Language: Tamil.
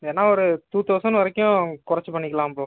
வேணால் ஒரு டூ தௌசண்ட் வரைக்கும் குறைச்சி பண்ணிக்கலாம் ப்ரோ